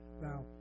Now